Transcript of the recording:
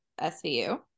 SVU